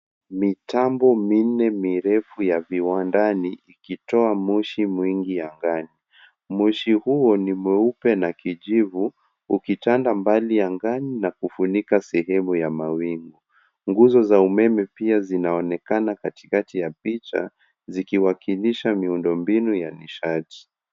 Mitambo minne mirefu ya viwandani, ikitoa moshi mwingi angani. Moshi huo ni mweupe na kijivu, ukitanda mbali angani na kufunika sehemu ya mawingu. Nguzo za umeme pia zinaonekana katikati ya picha, zikiwakilisha miundombinu ya nishati.